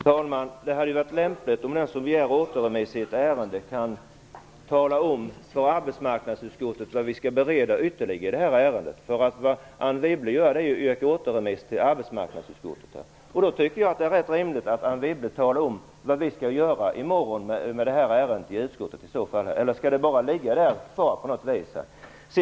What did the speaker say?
Fru talman! Det hade varit lämpligt om den som begär återremiss i ett ärende kan tala om för oss i arbetsmarknadsutskottet vad vi skall bereda ytterligare. Anne Wibble yrkar återremiss till arbetsmarknadsutskottet. Jag tycker då att det är ganska rimligt att Anne Wibble talar om vad vi skall göra med ärendet i morgon i utskottet. Eller skall det bara finnas där?